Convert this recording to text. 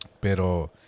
Pero